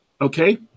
Okay